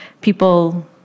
people